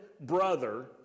brother